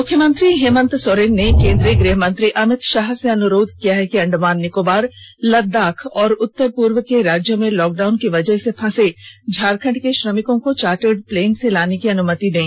मुख्यमंत्री श्री हेमन्त सोरेन ने केंद्रीय गृह मंत्री अमित शाह से अनुरोध किया है कि अण्डमान निकोबार लद्दाख और उत्तर पूर्व के राज्यों में लॉकडाउन की वजह से फंसे झारखण्ड के श्रमिकों को चार्टर प्लेन से लाने की अनुमति दें